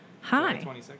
Hi